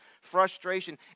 frustration